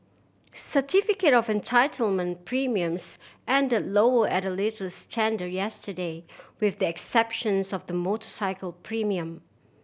certificate of entitlement premiums end lower at the latest tender yesterday with the exceptions of the motorcycle premium